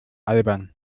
albern